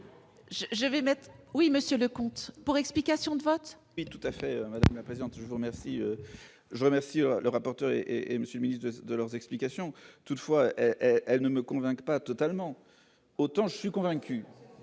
oui, Monsieur le comte pour explication de vote. Oui, tout à fait la présidente, je vous remercie, je remercie le rapporteur et et Monsieur ministre de leurs explications, toutefois, elle ne me convainc pas totalement autant je suis convaincu,